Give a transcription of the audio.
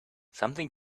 something